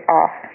off